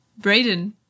Brayden